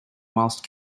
whilst